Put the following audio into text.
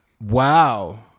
Wow